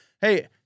Hey